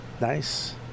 Nice